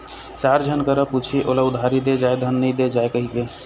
चार झन करा पुछही ओला उधारी दे जाय धन नइ दे जाय कहिके